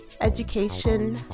education